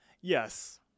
yes